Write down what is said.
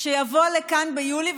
שיבוא לכאן ביולי.